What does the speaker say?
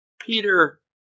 Peter